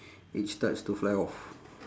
it starts to fly off